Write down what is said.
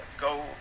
go